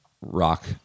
rock